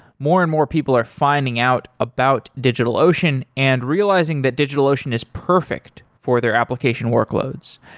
more and more people are finding out about digitalocean and realizing that digitalocean is perfect for their application workloads.